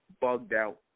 bugged-out